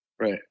Right